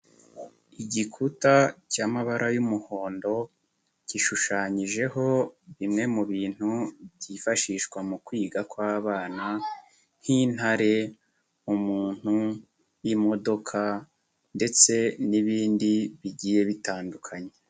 Igikuta cya'mabara y'umuhondo, gishushanyijeho bimwe mu bintu byifashishwa mu kwiga kw'abana, nk'intare, umuntu, imodoka ndetse n'ibindi bigiye bitandukanye.